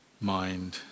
mind